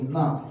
now